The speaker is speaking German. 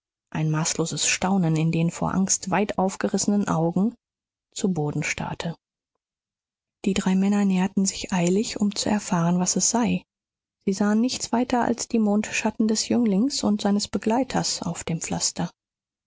ein maßloses staunen in den vor angst weit aufgerissenen augen zu boden starrte die drei männer näherten sich eilig um zu erfahren was es sei sie sahen nichts weiter als die mondschatten des jünglings und seines begleiters auf dem pflaster